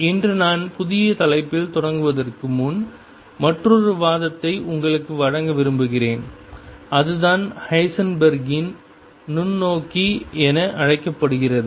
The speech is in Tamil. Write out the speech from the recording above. இன்று நான் புதிய தலைப்பில் தொடங்குவதற்கு முன் மற்றொரு வாதத்தை உங்களுக்கு வழங்க விரும்புகிறேன் அதுதான் ஹைசன்பெர்க்கின் Heisenberg's நுண்ணோக்கி என அழைக்கப்படுகிறது